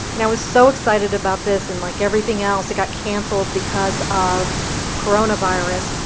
and i was so excited about this. and like everything else, it got cancelled because of coronavirus.